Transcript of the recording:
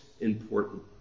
important